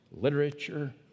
literature